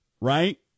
right